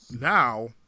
Now